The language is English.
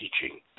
teaching